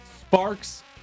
Sparks